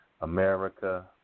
America